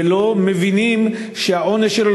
ולא מבינים שהעונש שלו,